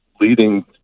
leading